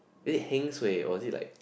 is it heng suay was it like